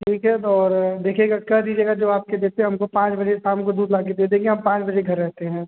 ठीक है तो और देखिएगा कह दीजिएगा जो आपके जिससे हम को पाँच बजे शाम को दूध ला कर दे देंगे हम पाँच बजे घर रहते हैं